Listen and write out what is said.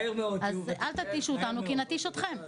אז אל תתישו אותנו כי נתיש אתכם.